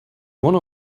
one